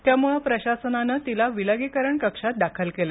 त्यामुळे प्रशासनानं तिला विलगीकरण कक्षात दाखल केलं